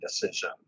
decision